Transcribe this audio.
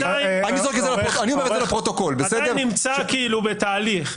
אני אזרוק את זה לפרוטוקול --- זה עדיין נמצא כאילו בתהליך.